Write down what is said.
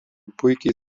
puikiai